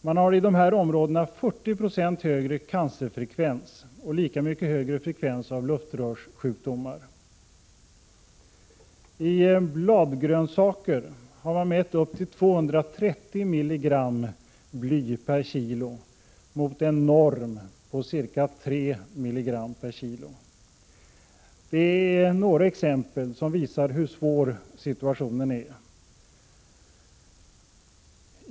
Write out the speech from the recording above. Man har i de här områdena 40 96 högre cancerfrekvens och lika mycket högre frekvens av luftrörssjukdomar än genomsnittet. I bladgrönsaker har mätts upp 230 mg bly kg. — Detta är några exempel, som visar hur svår situationen är.